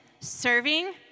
serving